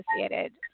associated